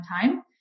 time